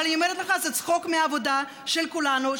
אבל אני אומרת לך שזה צחוק מהעבודה של כולנו,